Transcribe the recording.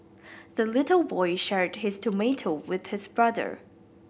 the little boy shared his tomato with his brother